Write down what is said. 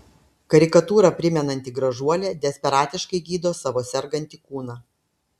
karikatūrą primenanti gražuolė desperatiškai gydo savo sergantį kūną